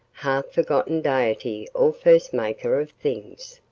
half-forgotten deity or first maker of things,